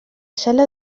sala